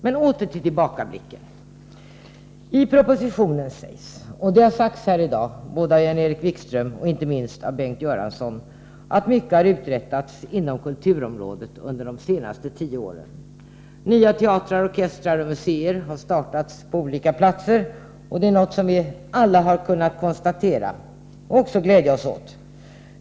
Men åter till tillbakablicken. I propositionen sägs — och det har sagts här i dag både av Jan-Erik Wikström och, inte minst, av Bengt Göransson — att mycket har utträttats inom kulturområdet under de senaste tio åren. Nya teatrar, orkestrar och museer har startats på olika platser. Detta är något som vi alla har kunnat konstatera och också glädja oss åt.